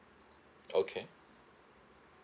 okay